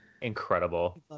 Incredible